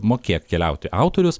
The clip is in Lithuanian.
mokėk keliauti autorius